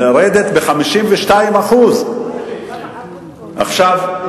לרדת ב-52% עכשיו,